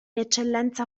eccellenza